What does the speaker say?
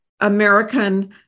American